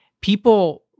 people